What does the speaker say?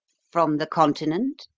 from the continent?